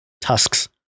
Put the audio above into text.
tusks